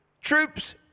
troops